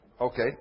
okay